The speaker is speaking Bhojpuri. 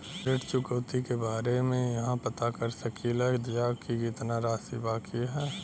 ऋण चुकौती के बारे इहाँ पर पता कर सकीला जा कि कितना राशि बाकी हैं?